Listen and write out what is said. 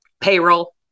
Payroll